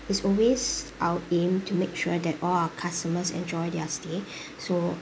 it's always our aim to make sure that all our customers enjoy their stay so